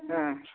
हाँ